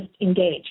engage